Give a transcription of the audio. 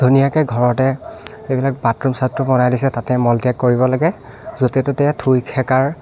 ধুনীয়াকৈ ঘৰতে এইবিলাক বাথৰুম চাথৰুম বনাই দিছে তাতে মলত্যাগ কৰিব লাগে য'তে ত'তে থুই খেকাৰ